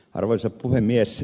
arvoisa puhemies